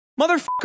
motherfucker